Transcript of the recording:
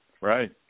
Right